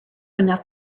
enough